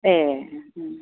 ए